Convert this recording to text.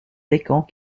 descamps